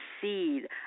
seed